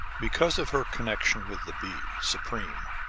because of her connection with the bee, supreme,